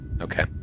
Okay